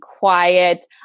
quiet